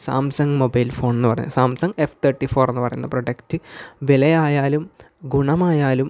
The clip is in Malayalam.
സാംസങ് മൊബൈൽ ഫോൺ എന്ന് പറയുന്നത് സാംസങ് എഫ് തേർട്ടി ഫോർ എന്നു പറയുന്ന പ്രോഡക്റ്റ് വിലയായാലും ഗുണമായാലും